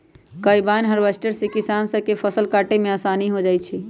combine harvester से किसान स के फसल काटे में आसानी हो जाई छई